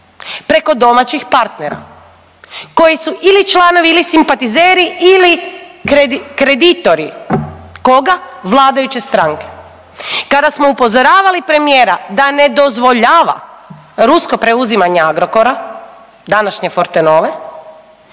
Preko domaćih partnera koji su ili članovi ili simpatizeri ili kreditori. Koga? Vladajuće stranke. Kada smo upozoravali premijera da ne dozvoljava rusko preuzimanje Agrokora, današnje Fortenove